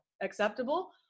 acceptable